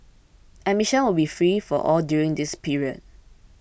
admission will be free for all during this period